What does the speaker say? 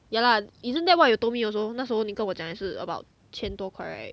yeah lah isn't that what you told me also 那时候你跟我讲也是 about 千多块 right